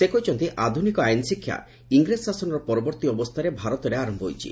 ସେ କହିଛନ୍ତି ଆଧୁନିକ ଆଇନ ଶିକ୍ଷା ଇଂରେଜ ଶାସନର ପରବର୍ଭୀ ଅବସ୍ରାରେ ଭାରତରେ ଆର ହୋଇଛି